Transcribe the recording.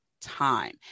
time